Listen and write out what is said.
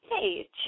Hey